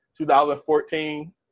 2014